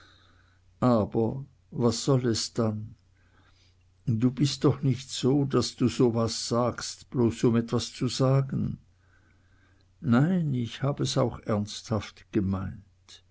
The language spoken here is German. aber was soll es dann du bist doch nicht so daß du so was sagst bloß um etwas zu sagen nein ich hab es auch ernsthaft gemeint